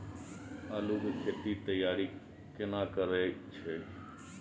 आलू के खेती के तैयारी केना करै छै?